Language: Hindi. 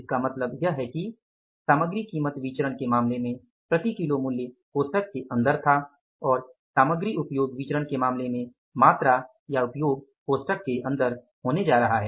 इसका मतलब यह है कि सामग्री कीमत विचरण के मामले में प्रति किलो मूल्य कोष्ठक के अंदर था और सामग्री उपयोग विचरण के मामले में मात्रा या उपयोग कोष्ठक के अंदर होने जा रहा है